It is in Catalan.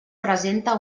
presenta